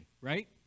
right